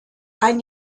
ein